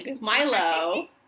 Milo